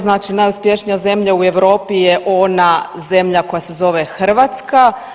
Znači najuspješnija zemlja u Europi je ona zemlja koja se zove Hrvatska.